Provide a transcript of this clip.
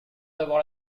d’avoir